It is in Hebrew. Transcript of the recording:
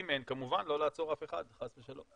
ואם כן, כמובן לא לעצור אף אחד, חס ושלום.